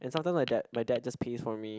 and sometimes my dad my dad just pays for me